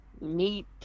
meet